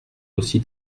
aussi